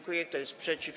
Kto jest przeciw?